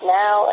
now